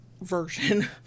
version